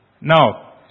Now